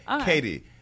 Katie